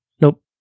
Nope